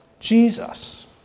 Jesus